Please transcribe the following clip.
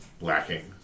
lacking